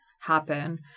happen